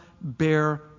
bear